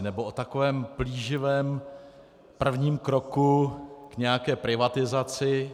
Nebo o takovém plíživém prvním kroku k nějaké privatizaci.